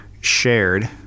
shared